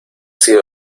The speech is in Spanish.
sido